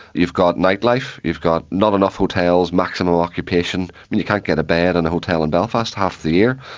you've got nightlife, you've got not enough hotels, maximum occupation, you can't get a bed in and a hotel in belfast half of the year,